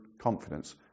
confidence